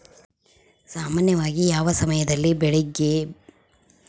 ಸಾಮಾನ್ಯವಾಗಿ ಯಾವ ಸಮಯದಲ್ಲಿ ಬೆಳೆಗೆ ಕೇಟನಾಶಕಗಳು ಅಂಟಿಕೊಳ್ಳುತ್ತವೆ?